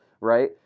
right